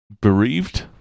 Bereaved